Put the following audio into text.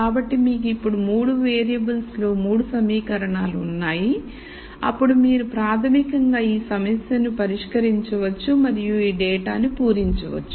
కాబట్టి మీకు ఇప్పుడు 3 వేరియబుల్స్లో 3 సమీకరణాలు ఉన్నాయి అప్పుడు మీరు ప్రాథమికంగా ఈ సమస్యను పరిష్కరించవచ్చు మరియు ఈ డేటాను పూరించవచ్చు